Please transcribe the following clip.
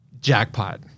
Jackpot